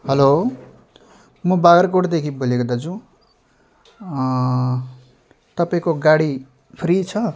hello म बाग्राकोटदेखि बोलेको दाजु तपाईँको गाडी खाली छ